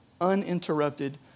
uninterrupted